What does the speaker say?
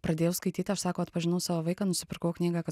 pradėjau skaityti aš sako atpažinau savo vaiką nusipirkau knygą kad